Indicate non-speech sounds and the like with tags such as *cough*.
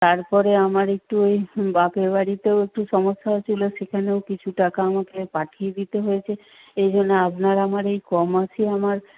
তারপরে আমার একটু ওই *unintelligible* বাপের বাড়িতেও একটু সমস্যা হয়েছিল সেখানেও কিছু টাকা আমাকে পাঠিয়ে দিতে হয়েছে এই জন্য আপনার আমার এই কমাসে আমার